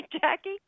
Jackie